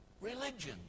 religion